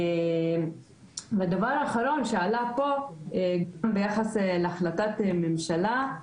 והדבר האחרון שעלה פה, גם ביחס להחלטת ממשלה,